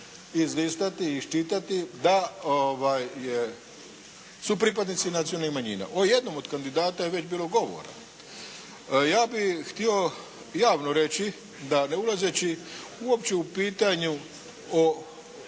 izlistati, iščitati da je, su pripadnici nacionalnih manjina. O jednom od kandidata je već bilo govora. Ja bih htio javno reći da ne ulazeći uopće u pitanje o